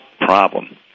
problem